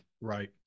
Right